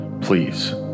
please